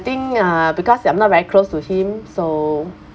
think uh because I'm not very close to him so